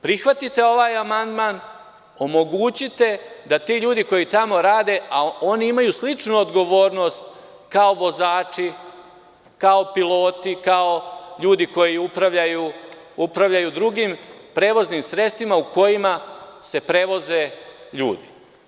Prihvatite ovaj amandman, omogućite da ti ljudi koji tamo rade, a oni imaju sličnu odgovornost kao vozači, kao piloti, kao ljudi koji upravljaju drugim prevoznim sredstvima kojima se prevoze ljudi.